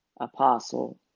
apostle